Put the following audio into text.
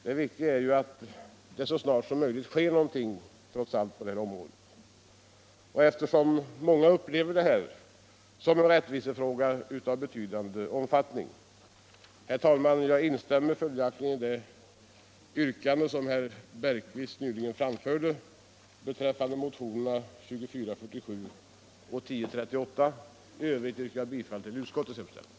Det viktiga är att det så snart som möjligt sker någonting på detta område, eftersom så många upplever det här som en rättvisefråga av betydande omfattning. Herr talman! Jag instämmer följaktligen i det yrkande som herr Bergqvist nyss framförde beträffande motionerna 2447 och 1038. I övrigt yrkar jag bifall till utskottets hemställan.